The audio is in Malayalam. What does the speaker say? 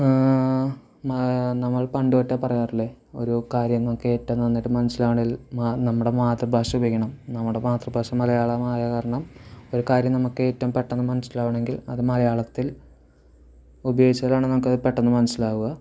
നമ്മൾ പണ്ടുതൊട്ടെ പറയാറില്ലെ ഓരോ കാര്യം നമുക്കേറ്റവും നന്നായിട്ട് മനസ്സിലാവണമെങ്കിൽ നമ്മുടെ മാതൃഭാഷ ഉപയോഗിക്കണം നമ്മുടെ മാതൃഭാഷ മലയാളമായ കാരണം ഒരു കാര്യം നമുക്ക് ഏറ്റവും പെട്ടെന്ന് മനസ്സിലാവണമെങ്കിൽ അത് മലയാളത്തിൽ ഉപയോഗിച്ചാലാണ് നമ്മുക്കത് പെട്ടെന്ന് മനസ്സിലാവുക